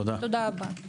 תודה רבה.